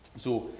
so,